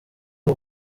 uwo